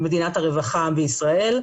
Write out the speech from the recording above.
מדינת הרווחה בישראל.